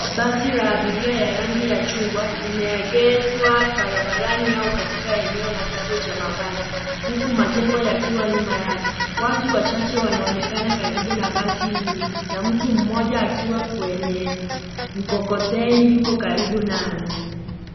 Basi la abiria ya rangi ya chungwa lime egezwa barabarani au katika eneo la kituocha mabasi huku majengo yakiwa nyuma yake watu wachache wanaonekana karibu na basi hilo na mtu mmoja akiwa kwenye mkokoteni yuko karibu nalo.